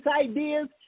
ideas